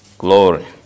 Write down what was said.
Glory